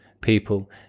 people